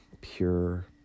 pure